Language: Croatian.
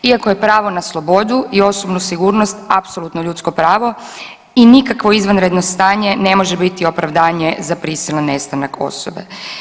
Iako je pravo na slobodu i osobnu sigurnost apsolutno ljudsko pravo i nikakvo izvanredno stanje ne može biti opravdanje za prisilan nestanak osobe.